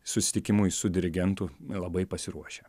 susitikimui su dirigentu labai pasiruošę